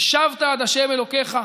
ושבת עד ה' אלוקיך,